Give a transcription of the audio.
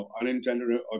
unintended